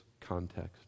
context